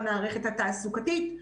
במערכת התעסוקתית,